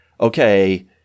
okay